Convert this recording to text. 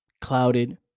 clouded